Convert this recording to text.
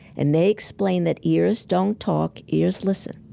and they explain that ears don't talk ears listen.